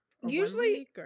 usually